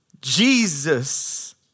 Jesus